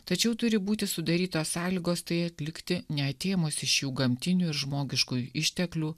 tačiau turi būti sudarytos sąlygos tai atlikti neatėmus iš jų gamtinių ir žmogiškųjų išteklių